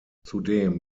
zudem